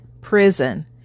prison